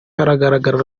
agaragara